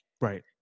Right